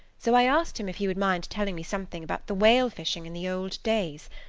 so i asked him if he would mind telling me something about the whale-fishing in the old days.